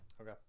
Okay